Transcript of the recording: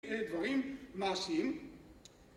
דברים מעשים